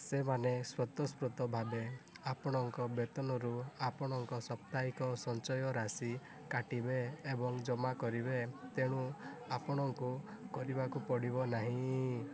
ସେମାନେ ସ୍ୱତଃସ୍ପୃତ ଭାବେ ଆପଣଙ୍କ ବେତନରୁ ଆପଣଙ୍କ ସାପ୍ତାହିକ ସଞ୍ଚୟର ରାଶି କାଟିବେ ଏବଂ ଜମା କରିବେ ତେଣୁ ଆପଣଙ୍କୁ କରିବାକୁ ପଡ଼ିବ ନାହିଁ